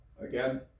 again